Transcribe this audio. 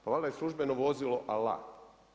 Pa valjda je službeno vozilo alat.